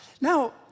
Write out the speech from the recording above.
Now